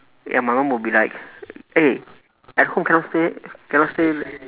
ya my mum will be like eh at home cannot stay cannot stay